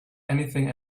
anything